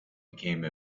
became